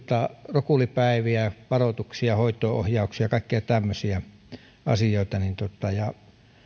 rokulipäiviä varoituksia hoitoon ohjauksia kaikkia tämmöisiä asioita ja